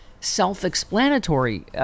self-explanatory